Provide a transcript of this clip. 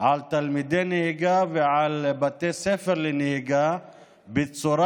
על תלמידי נהיגה ועל בתי ספר לנהיגה בצורה